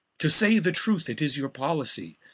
to say the truth, it is your policie,